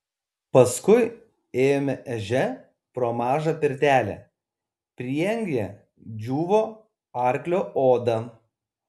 paskui ėjome ežia pro mažą pirtelę prieangyje džiūvo arklio oda